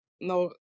no